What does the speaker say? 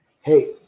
Hey